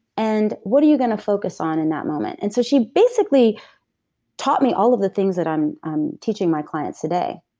and what are you doing to focus on in that moment? and so she basically taught me all of the things that i'm i'm teaching my clients today.